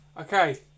Okay